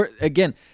Again